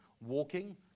walking